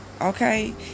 Okay